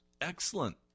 excellent